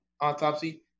autopsy